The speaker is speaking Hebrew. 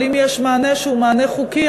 אם יש מענה שהוא מענה חוקי,